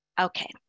Okay